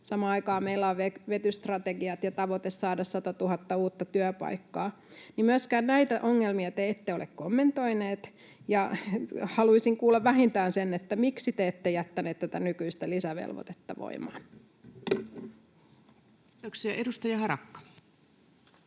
Samaan aikaan meillä on vetystrategia ja tavoite saada 100 000 uutta työpaikkaa. Myöskään näitä ongelmia te ette ole kommentoineet, ja haluaisin kuulla vähintään sen, miksi te ette jättäneet tätä nykyistä lisävelvoitetta voimaan. [Speech 282] Speaker: